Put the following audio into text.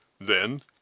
Then